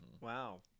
wow